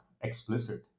explicit